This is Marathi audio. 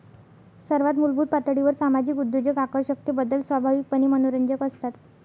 सर्वात मूलभूत पातळीवर सामाजिक उद्योजक आकर्षकतेबद्दल स्वाभाविकपणे मनोरंजक असतात